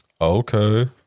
Okay